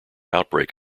outbreak